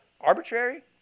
arbitrary